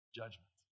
judgment